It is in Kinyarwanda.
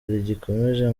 rigikomeje